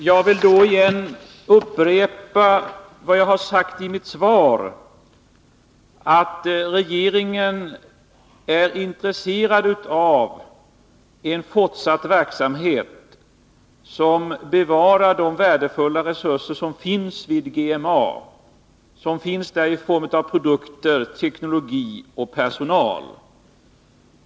Fru talman! Jag vill upprepa vad jag sade i mitt svar: att regeringen är intresserad av en fortsatt verksamhet som bevarar de värdefulla resurser som finns vid GMA i form av produkter, teknologi och personal.